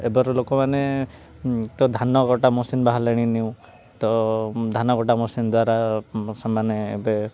ଏବେର ଲୋକମାନେ ତ ଧାନ କଟା ମେସିନ୍ ବାହାରିଲଣି ନିଉ ତ ଧାନ କଟା ମେସିନ୍ ଦ୍ୱାରା ସେମାନେ ଏବେ